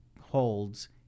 holds